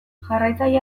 jarraitzaile